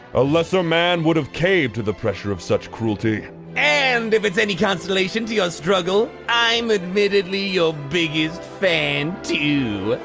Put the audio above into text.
a lesser man would have caved to the pressure of such cruelty and if it's any consolation to your struggle, i'm admittedly your biggest fan too!